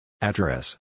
Address